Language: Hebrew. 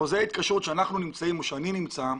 חוזה ההתקשרות שאני נמצא בו,